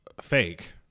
fake